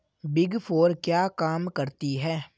Big four क्या काम करती है?